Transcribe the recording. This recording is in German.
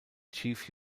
chief